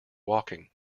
walking